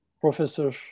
Professor